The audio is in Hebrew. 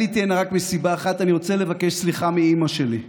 עליתי הנה רק מסיבה אחת: אני רוצה לבקש סליחה מאימא שלי.